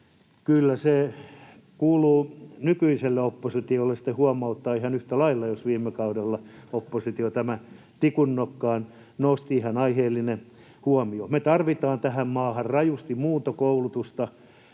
Kyllä se kuuluu nykyiselle oppositiolle sitten huomauttaa ihan yhtä lailla, jos viime kaudellakin oppositio tämä tikun nokkaan nosti. Ihan aiheellinen huomio. Me tarvitaan tähän maahan rajusti muuntokoulutusta